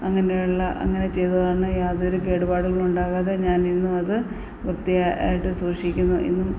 അങ്ങനെയുള്ള അങ്ങനെ ചെയ്തതു കൊണ്ട് യാതൊരു കേടുപാടുകളും ഉണ്ടാകാതെ ഞാനിരുന്ന് അത് വൃത്തിയാണ് ആയിട്ട് സൂക്ഷിക്കുന്നു ഇന്നും